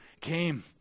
came